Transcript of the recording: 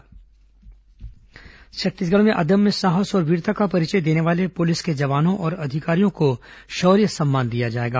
police शौर्य सम्मान छत्तीसगढ़ में अदम्य साहस और वीरता का परिचय देने वाले पुलिस के जवानों और अधिकारियों को शौर्य सम्मान दिया जाएगा